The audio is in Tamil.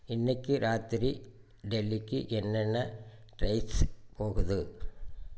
இன்னிக்கு ராத்திரி டெல்லிக்கு என்னென்ன ட்ரெய்ன்ஸ் போகுது